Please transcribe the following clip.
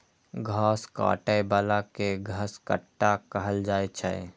घास काटै बला कें घसकट्टा कहल जाइ छै